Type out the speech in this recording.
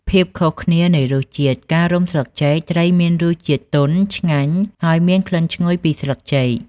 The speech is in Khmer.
ភាពខុសគ្នានៃរសជាតិការរុំស្លឹកចេកត្រីមានរសជាតិទន់ ឆ្ងាញ់ ហើយមានក្លិនឈ្ងុយពីស្លឹកចេក។